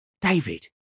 David